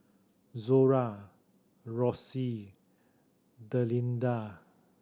Zora Rossie Delinda